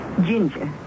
Ginger